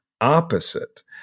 opposite